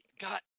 got